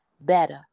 better